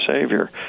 Savior